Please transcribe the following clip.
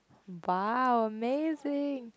!wow! amazing